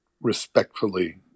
respectfully